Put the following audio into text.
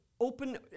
open